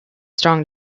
strong